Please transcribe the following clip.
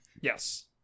Yes